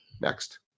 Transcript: Next